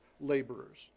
laborers